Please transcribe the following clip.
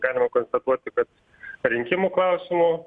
galima konstatuoti kad rinkimų klausimo